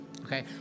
okay